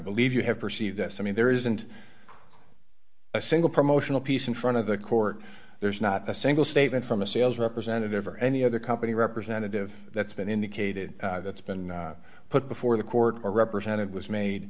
believe you have perceived this i mean there isn't a single promotional piece in front of the court there's not a single statement from a sales representative or any other company representative that's been indicated that's been put before the court or represented was made